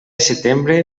setembre